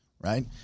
right